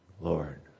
Lord